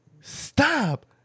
stop